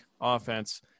offense